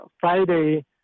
friday